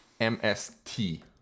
MST